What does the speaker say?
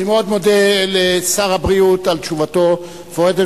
אני מאוד מודה לשר הבריאות על תשובתו המפורטת,